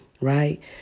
right